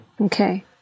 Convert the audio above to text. Okay